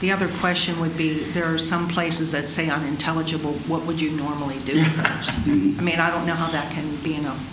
the other question would be there are some places that say i'm intelligible what would you normally do you mean i don't know how that can be